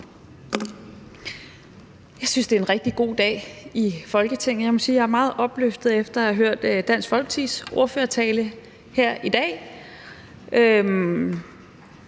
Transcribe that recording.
Jeg synes, det er en rigtig god dag i Folketinget. Jeg må sige, at jeg er meget opløftet, efter at jeg har hørt Dansk Folkepartis ordførertale her i dag,